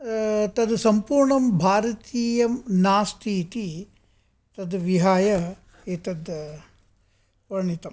तद् सम्पूर्णं भारतीयं नास्तीति तद्विहाय एतत् वर्णितम्